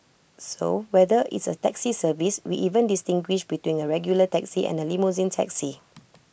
so whether it's A taxi service we even distinguish between A regular taxi and A limousine taxi